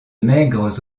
maigres